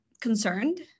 concerned